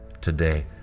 today